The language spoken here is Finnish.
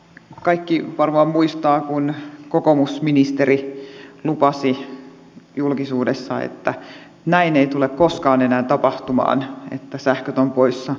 kaikki varmaan muistavat kun kokoomusministeri lupasi julkisuudessa että näin ei tule koskaan enää tapahtumaan että sähköt ovat poissa